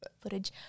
footage